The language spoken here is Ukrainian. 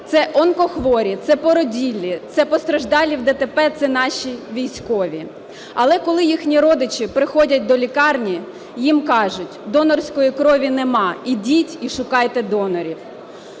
Це онкохворі, це породіллі, це постраждалі в ДТП, це наші військові. Але коли їхні родичі приходять до лікарні, їм кажуть: "Донорської крові нема, йдіть і шукайте донорів".